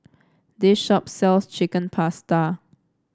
this shop sells Chicken Pasta